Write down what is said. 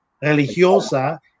religiosa